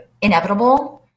inevitable